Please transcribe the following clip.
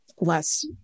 less